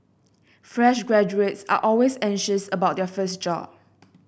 fresh graduates are always anxious about their first job